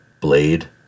Blade